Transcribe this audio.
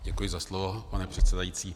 Děkuji za slovo, pane předsedající.